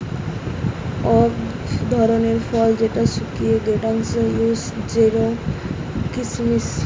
অক ধরণের ফল যেটা শুকিয়ে হেংটেং হউক জেরোম কিসমিস